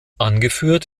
angeführt